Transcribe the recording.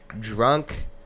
drunk